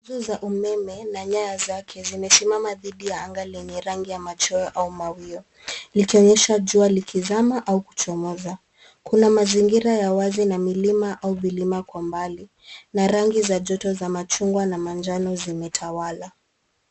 Nguzo za umeme na nyaya zake zimesimama didhi ya anga lenye rangi ya machweo au mawio, likionyesha jua likizama au kuchomoza. Kuna mazingira ya wazi na milima au vilima kwa mbali na rangi za joto za machungwa na manjano zimetawala.